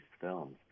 films